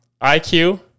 IQ